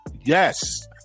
yes